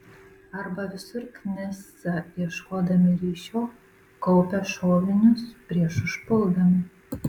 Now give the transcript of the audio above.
arba visur knisa ieškodami ryšio kaupia šovinius prieš užpuldami